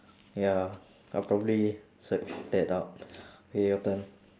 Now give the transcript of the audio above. ya I'll probably search that out K your turn